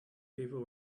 people